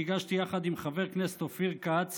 שהגשתי יחד עם חבר הכנסת אופיר כץ